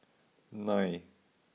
nine